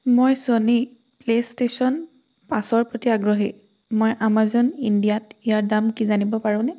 মই ছনী প্লে'ষ্টেশ্যন পাঁচৰ প্ৰতি আগ্ৰহী মই আমাজন ইণ্ডিয়াত ইয়াৰ দাম কি জানিব পাৰোঁনে